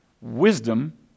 wisdom